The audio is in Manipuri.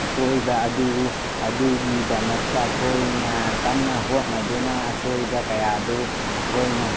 ꯑꯁꯣꯏꯕ ꯑꯗꯨ ꯑꯗꯨꯒꯤꯗꯃꯛꯇ ꯑꯩꯈꯣꯏꯅ ꯀꯟꯅ ꯍꯣꯠꯅꯗꯨꯅ ꯑꯁꯣꯏꯕ ꯀꯌꯥ ꯑꯗꯨ ꯑꯩꯈꯣꯏꯅ